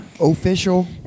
Official